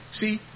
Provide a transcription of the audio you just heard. See